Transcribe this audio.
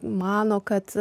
mano kad